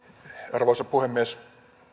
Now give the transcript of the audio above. arvoisa puhemies